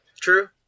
True